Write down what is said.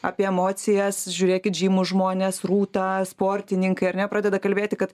apie emocijas žiūrėkit žymūs žmonės rūta sportininkai ar ne pradeda kalbėti kad